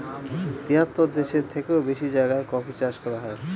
তেহাত্তর দেশের থেকেও বেশি জায়গায় কফি চাষ করা হয়